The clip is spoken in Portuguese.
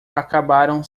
acabaram